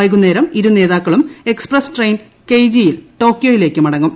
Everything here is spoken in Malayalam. വൈകുന്നേരം ഇരു നേതാക്കളും എക്സ്പ്രസ്സ് ട്രെയിൻ കെയ്ജിയിൽ ടോക്യോയിലേക്ക് മടങ്ങും